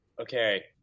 Okay